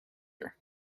her